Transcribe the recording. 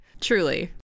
Truly